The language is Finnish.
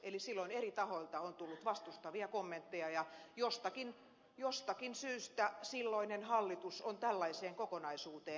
eli silloin eri tahoilta on tullut vastustavia kommentteja ja jostakin syystä silloinen hallitus on tällaiseen kokonaisuuteen päätynyt